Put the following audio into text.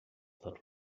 that